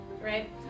Right